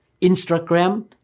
Instagram